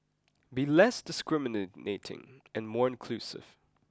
be less discriminating and more inclusive